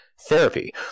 therapy